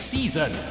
Season